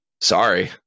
sorry